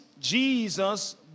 Jesus